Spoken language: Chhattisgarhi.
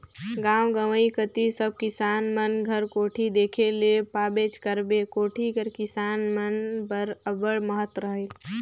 गाव गंवई कती सब किसान मन घर कोठी देखे ले पाबेच करबे, कोठी कर किसान मन बर अब्बड़ महत रहेल